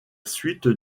suite